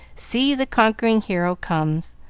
see, the conquering hero comes!